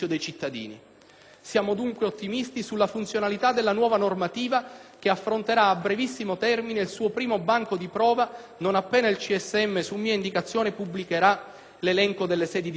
Siamo, dunque, ottimisti sulla funzionalità della nuova normativa che affronterà a brevissimo termine il suo primo banco di prova non appena il CSM, su mia indicazione, pubblicherà l'elenco delle sedi disagiate.